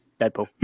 Deadpool